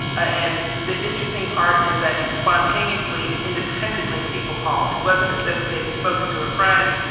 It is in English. and the interesting part is that spontaneously and independently people called. it wasn't as if they had spoken to a friend.